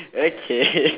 okay